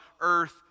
earth